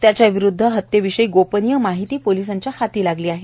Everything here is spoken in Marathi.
त्याच्याकडून हत्येविषयी गोपनिय माहिती पोलिसांच्या हाती लागली आहे